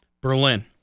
Berlin